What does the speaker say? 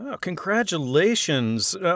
Congratulations